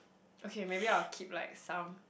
okay maybe I will keep like some